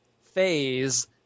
phase